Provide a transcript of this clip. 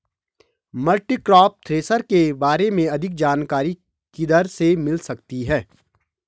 Multicrop thresher के बारे में अधिक जानकारी किधर से मिल सकती है?